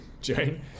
Jane